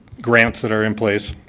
grants that are in place,